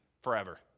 forever